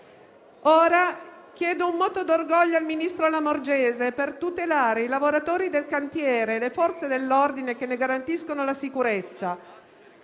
Bari. Chiedo un moto d'orgoglio al ministro Lamorgese per tutelare i lavoratori del cantiere e le Forze dell'ordine che ne garantiscono la sicurezza.